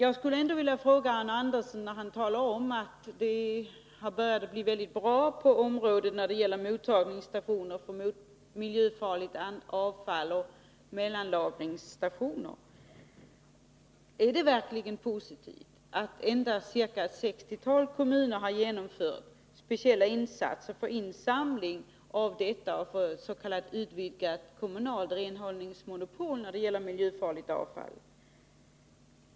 Arne Andersson i Ljung talade om att det började bli väldigt bra när det gällde mottagningsstationer för miljöfarligt avfall och mellanlagringsstationer. Jag skulle då ändå vilja fråga Arne Andersson: Är det verkligen positivt att endast ett 60-tal kommuner har genomfört speciella insatser till insamling av miljöfarligt avfall och infört s.k. utvidgat kommunalt renhållningsmonopol när det gäller miljöfarligt avfall?